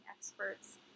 experts